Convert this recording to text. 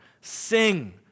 sing